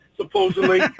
supposedly